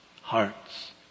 hearts